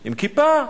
עם כיפה,